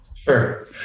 Sure